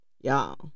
Y'all